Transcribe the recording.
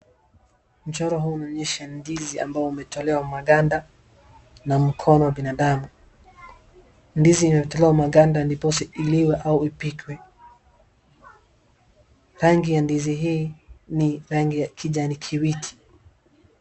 Mchoro huu unaonyesha ndizi amabayo imetolewa maganda na mkono wa binadamu Ndizi iliyotolewa maganda au ipikwe. Rangi ya ndizii hii ni rangi ya kijani kibichi.